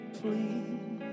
please